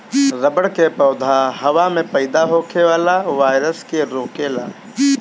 रबड़ के पौधा हवा में पैदा होखे वाला वायरस के रोकेला